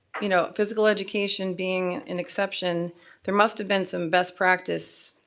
you know, physical education being an exception there must have been some best practice,